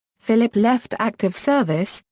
philip left active service,